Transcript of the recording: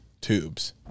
tubes